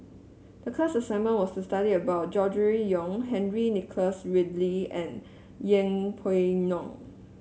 the class assignment was to study about Gregory Yong Henry Nicholas Ridley and Yeng Pway Ngon